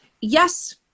yes